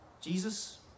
jesus